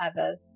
others